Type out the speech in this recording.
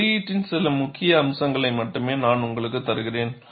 குறியீட்டின் சில முக்கிய அம்சங்களை மட்டுமே நான் உங்களுக்கு தருகிறேன்